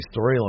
storyline